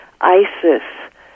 Isis